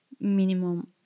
minimum